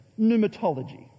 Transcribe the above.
Pneumatology